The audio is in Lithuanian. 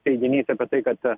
teiginys apie tai kad